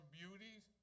beauties